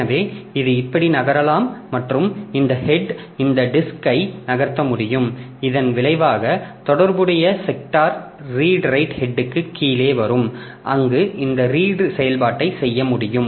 எனவே இது இப்படி நகரலாம் மற்றும் இந்த ஹெட் இந்த டிஸ்க் ஐ நகர்த்த முடியும் இதன் விளைவாக தொடர்புடைய செக்டார் ரீடு ரைட் ஹெட்க்கு கீழே வரும் அங்கு இருந்து ரீடு செயல்பாட்டைச் செய்ய முடியும்